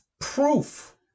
proof